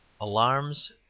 Alarms